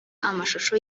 amashusho